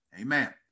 Amen